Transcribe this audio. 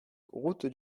route